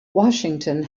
washington